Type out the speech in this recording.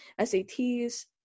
SATs